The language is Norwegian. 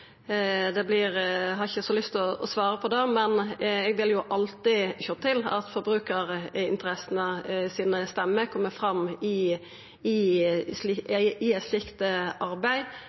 forbrukerinteressene blir representert i kommisjonen? Energikommisjonen er jo ikkje mitt ansvar, så eg har ikkje så lyst til å svara på det. Men eg vil alltid sjå til at stemma til forbrukarinteressene kjem fram i eit slikt arbeid,